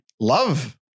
love